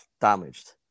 damaged